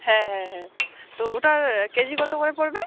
হ্যাঁ হ্যাঁ হ্যাঁ তো ওটা কেজি কত করে পড়বে